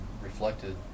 reflected